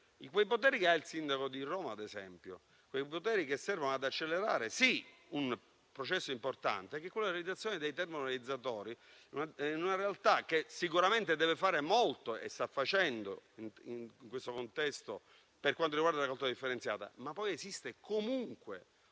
quei poteri che ha il sindaco di Roma, ad esempio, che servono ad accelerare - sì - un processo importante, che è quello della realizzazione dei termovalorizzatori in una realtà che sicuramente deve fare molto e sta facendo in questo contesto per quanto riguarda la raccolta differenziata. Ma poi esiste comunque una